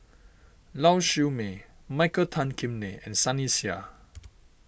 Lau Siew Mei Michael Tan Kim Nei and Sunny Sia